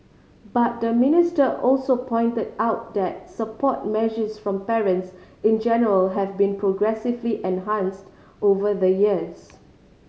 but the minister also pointed out that support measures from parents in general have been progressively enhanced over the years